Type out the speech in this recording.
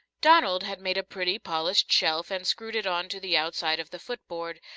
donald had made a pretty, polished shelf and screwed it on to the outside of the footboard,